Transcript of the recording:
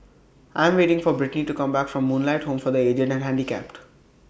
I Am waiting For Britni to Come Back from Moonlight Home For The Aged and Handicapped